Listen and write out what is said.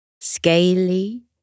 scaly